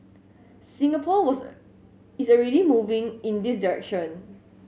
Singapore was a is already moving in this direction